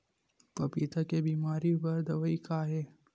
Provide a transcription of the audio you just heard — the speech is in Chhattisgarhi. पपीता के बीमारी बर दवाई का हे?